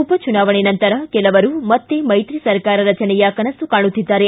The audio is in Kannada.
ಉಪಚುನಾವಣೆ ನಂತರ ಕೆಲವರು ಮತ್ತೆ ಮೈತ್ರಿ ಸರ್ಕಾರ ರಜನೆಯ ಕನಸು ಕಾಣುತ್ತಿದ್ದಾರೆ